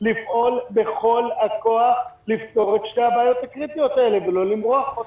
לפעול בכל הכוח לפתור את שתי הבעיות הקריטיות האלה ולא למרוח אותן.